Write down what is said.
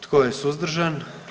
Tko je suzdržan?